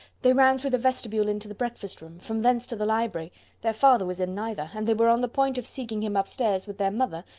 they ran through the vestibule the breakfast-room from thence to the library their father was in neither and they were on the point of seeking him up stairs with their mother,